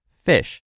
fish